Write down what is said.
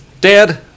Dad